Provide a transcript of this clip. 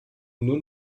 nur